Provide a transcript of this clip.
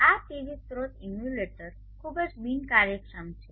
આ પીવી સ્રોત ઇમ્યુલેટર ખૂબ જ બિનકાર્યક્ષમ છે